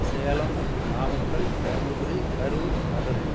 Salem Namakkal Dharmapuri Karur Madurai